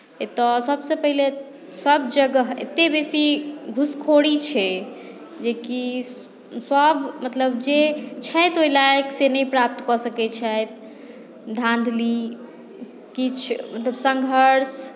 एतय सभसँ पहिने सभजगह एतेक बेसी घूसखोरी छै जे कि सभ मतलब जे छथि ओ लायक से नहि प्राप्त कऽ सकैत छथि धान्धली किछु मतलब सङ्घर्ष